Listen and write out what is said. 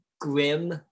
grim